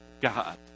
God